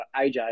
AJ